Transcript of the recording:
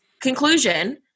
conclusion